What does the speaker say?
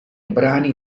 brani